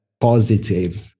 positive